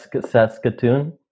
Saskatoon